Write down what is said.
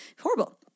horrible